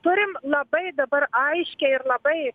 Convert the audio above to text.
turim labai dabar aiškiai ir labai